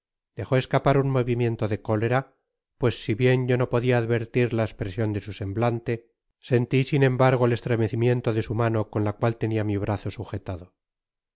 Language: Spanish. dejó escapar un movimiento de cólera pues si bien yo no podia advertir la espresion de su semblante senti sin embargo el estremecimiento de su mano con la cual tenia mi brazo sujetado